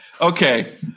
Okay